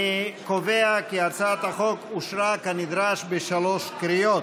אני קובע כי הצעת החוק אושרה כנדרש בשלוש קריאות.